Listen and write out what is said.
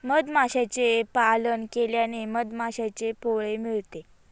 मधमाशांचे पालन केल्याने मधमाशांचे पोळे मिळते